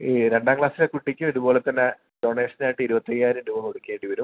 ഈ രണ്ടാം ക്ലാസ്സിലെ കുട്ടിക്ക് ഇതുപോലെ തന്നെ ഡോണേഷൻ ആയിട്ട് ഇരുപത്തി അയ്യായിരം രൂപ കൊടുക്കേണ്ടിവരും